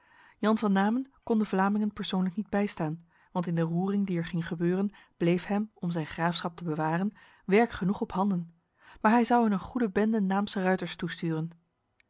jan van namen kon de vlamingen persoonlijk niet bijstaan want in de roering die er ging gebeuren bleef hem om zijn graafschap te bewaren werk genoeg op handen maar hij zou hun een goede bende naamse ruiters toesturen